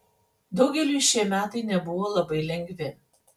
daugeliui šie metai nebuvo labai lengvi